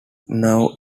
now